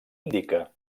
indica